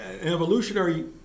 evolutionary